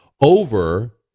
over